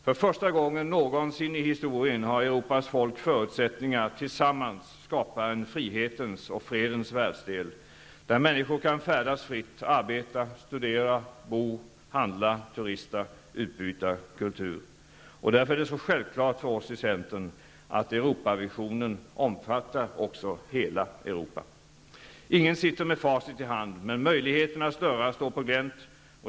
För första gången någonsin i historien har Europas folk förutsättningar att tillsammans skapa en frihetens och fredens världsdel, där människor kan färdas fritt, arbeta, studera och bo, handla, turista och utbyta kultur. Därför är det så sjävklart för oss i centern att Europavisionen också omfattar hela Europa. Ingen sitter med facit i hand. Men möjligheternas dörrar står på glänt.